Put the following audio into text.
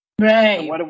Right